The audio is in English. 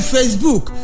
Facebook